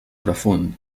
profund